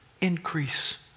increase